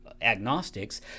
agnostics